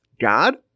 God